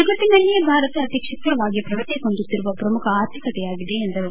ಜಗತ್ತಿನಲ್ಲೇ ಭಾರತ ಅತಿ ಕ್ಷಿಪ್ರವಾಗಿ ಪ್ರಗತಿ ಹೊಂದುತ್ತಿರುವ ಪ್ರಮುಖ ಆರ್ಥಿಕತೆಯಾಗಿದೆ ಎಂದರು